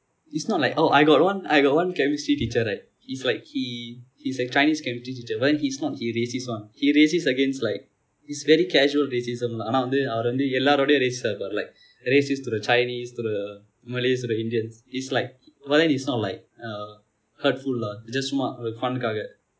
it's not like oh I got one I got one chemistry teacher right he's like he he's a chinese chemistry teacher but then he's not he racist one he racist against like is very casual racism lah ஆனா வந்து அவரு வந்து எல்லாருடனும்:aana vanthu avaru vanthu ellarudanum racist இருப்பாரு:irupaaru like racist to the chinese to the malays to the indians it's like but then it's not like uh hurtful lah is just சும்மா ஒரு:summa oru fun